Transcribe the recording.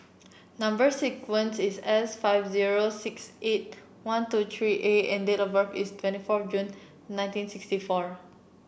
number sequence is S five zero six eight one two three A and date of birth is twenty four June nineteen sixty four